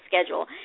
schedule